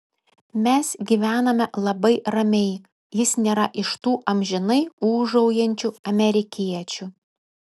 mes gyvename labai ramiai jis nėra iš tų amžinai ūžaujančių amerikiečių